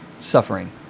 Suffering